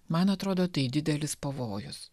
man atrodo tai didelis pavojus